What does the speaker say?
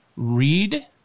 Read